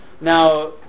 Now